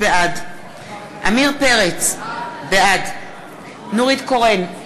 בעד עמיר פרץ, בעד נורית קורן,